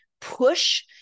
push